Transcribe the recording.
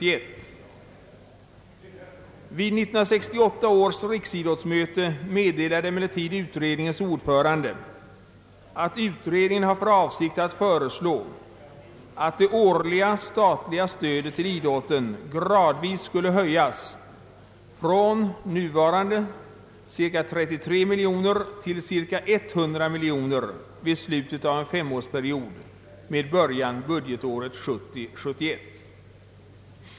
Vid 1968 års riksidrottsmöte meddelade emellertid utredningens ordförande att utredningen har för avsikt att föreslå att det årliga statliga stödet till idrotten gradvis skall höjas från nuvarande cirka 33 miljoner till cirka 100 miljoner kronor vid slutet av en 5-årsperiod med början budgetåret 1970/71.